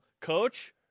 Coach